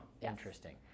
interesting